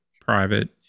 private